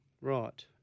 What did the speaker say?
Right